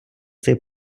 цей